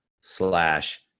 slash